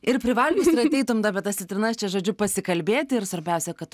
ir privalgius ir ateitum apie tas citrinas čia žodžiu pasikalbėti ir svarbiausia kad